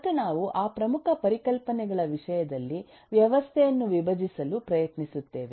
ಮತ್ತು ನಾವು ಆ ಪ್ರಮುಖ ಪರಿಕಲ್ಪನೆಗಳ ವಿಷಯದಲ್ಲಿ ವ್ಯವಸ್ಥೆಯನ್ನು ವಿಭಜಿಸಲು ಪ್ರಯತ್ನಿಸುತ್ತೇವೆ